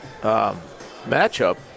matchup